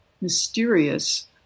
mysterious